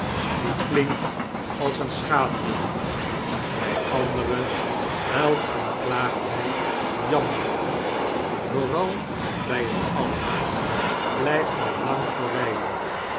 die klinkt als een schaterlach bij andere huilt en klaagt hij jammerlijk vooral bij het altaar blijft hij lang verwijlen